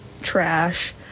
trash